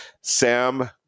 Sam